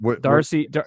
Darcy